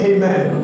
Amen